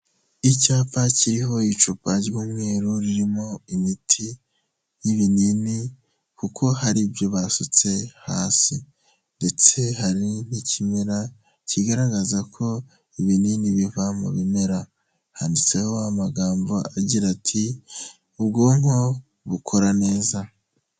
Icyapa kiriho icupa ry'umweru ririmo imiti y'ibinini kuko hari ibyo basutse hasi ndetse hari n'ikimera kigaragaza ko ibinini biva mu bimera, handitseho amagambo agira ati ubwonko bukora neza.